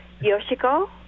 Yoshiko